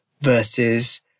versus